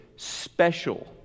special